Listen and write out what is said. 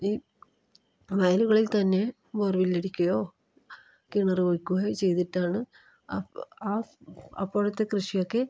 ഈ വയലുകളിൽ തന്നെ ബോർ വെല്ലടിക്കുകയോ കിണർ കുഴിക്കുകയോ ചെയ്തിട്ടാണ് അപ്പോൾ ആ അപ്പോഴത്തെ കൃഷിയൊക്കെ